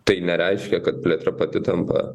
tai nereiškia kad plėtra pati tampa